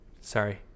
sorry